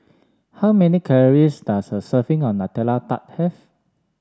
how many calories does a serving of Nutella Tart have